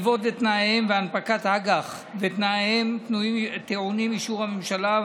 המלוות ותנאיהם והנפקת אג"ח ותנאיהן טעונים אישור הממשלה,